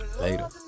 Later